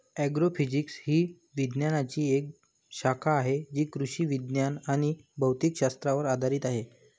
agrophysics ही विज्ञानाची एक शाखा आहे जी कृषी विज्ञान आणि भौतिक शास्त्रावर आधारित आहे